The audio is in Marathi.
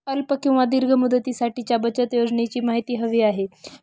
अल्प किंवा दीर्घ मुदतीसाठीच्या बचत योजनेची माहिती हवी आहे